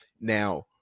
now